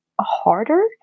harder